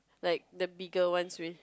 like the bigger ones with